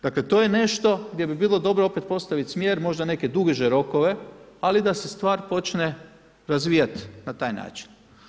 Dakle, to je nešto gdje bi bilo dobro opet postavit smjer možda neke duže rokove, ali da se stvar počne razvijat na taj način.